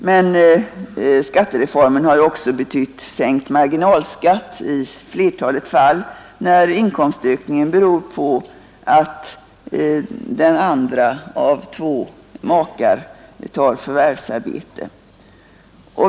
Men skattereformen har också i flertalet fall betytt sänkt marginalskatt när inkomstökningen beror på att också den andra av två makar tar förvärvsarbete.